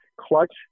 clutch